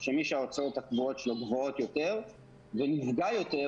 שמי שההוצאות הקבועות שלו גבוהות יותר ונפגע יותר,